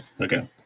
Okay